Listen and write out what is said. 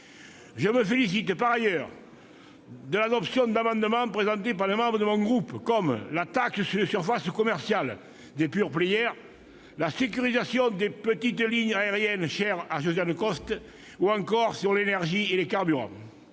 Je me félicite par ailleurs de l'adoption d'amendements présentés par les membres de mon groupe, comme celui relatif à la taxe sur les surfaces commerciales des, celui concernant la sécurisation des petites lignes aériennes, chère à Josiane Costes, ou encore ceux sur l'énergie et les carburants.